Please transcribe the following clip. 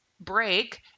break